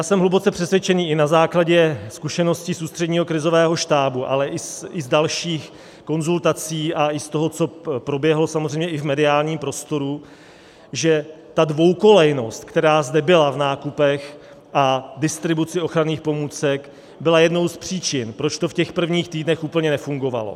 Jsem hluboce přesvědčen i na základě zkušeností z Ústředního krizového štábu, ale i z dalších konzultací a i z toho, co proběhlo samozřejmě i v mediálním prostoru, že ta dvoukolejnost, která zde byla v nákupech a distribuci ochranných pomůcek, byla jednou z příčin, proč to v těch prvních týdnech úplně nefungovalo.